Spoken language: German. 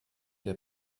der